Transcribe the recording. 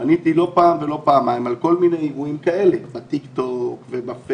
עליתי לא פעם ולא פעמיים על כל מיני אירועים כאלה בטיקטוק ובפייסבוק,